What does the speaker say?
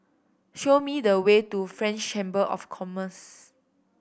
show me the way to French Chamber of Commerce